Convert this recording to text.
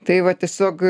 tai va tiesiog